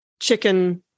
chicken